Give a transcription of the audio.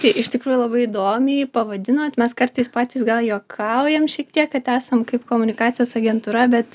tai iš tikrųjų labai įdomiai pavadinot mes kartais patys gal juokaujam šiek tiek kad esam kaip komunikacijos agentūra bet